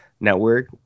network